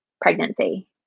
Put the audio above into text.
pregnancy